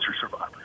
survivors